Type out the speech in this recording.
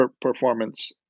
performance